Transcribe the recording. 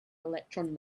electron